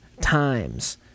times